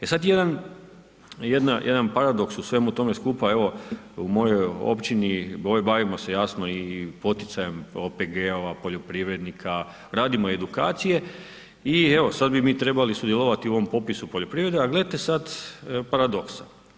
E sad, jedan, jedan paradoks u svemu tome skupa, evo, u mojoj općini, bavimo se jasno i poticajem OPG-ova, poljoprivrednika, radimo edukacije i evo, sad bi mi trebali sudjelovati u ovom popisu poljoprivreda, a gledajte sada paradoks.